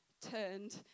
turned